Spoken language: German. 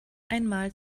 einmal